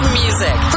music